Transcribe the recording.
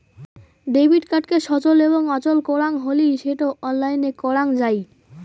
debit কার্ডকে সচল এবং অচল করাং হলি সেটো অনলাইনে করাং যাই